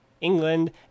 England